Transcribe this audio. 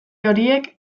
horiek